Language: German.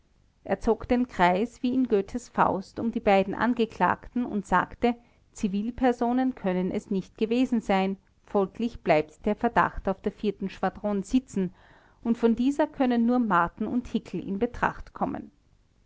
er zog den kreis wie in goethes faust um die beiden angeklagten und sagte zivilpersonen können es nicht gewesen sein folglich bleibt der verdacht auf der schwadron sitzen und von dieser können nur marten und hickel in betracht kommen